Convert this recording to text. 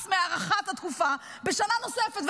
מהארכת התקופה בשנה נוספת,